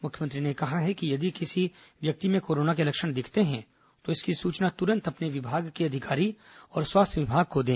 मुख्यमंत्री ने कहा कि यदि किसी व्यक्ति में कोरोना के लक्षण दिखते हैं तो इसकी सूचना तुरंत अपने विभाग के अधिकारी और स्वास्थ्य विभाग को दें